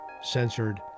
censored